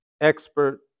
expert